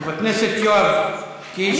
חבר הכנסת יואב קיש.